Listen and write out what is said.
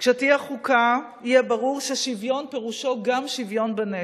כשתהיה חוקה יהיה ברור ששוויון פירושו גם שוויון בנטל.